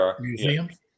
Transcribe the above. museums